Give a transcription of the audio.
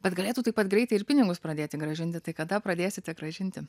bet galėtų taip pat greitai ir pinigus pradėti grąžinti tai kada pradėsite grąžinti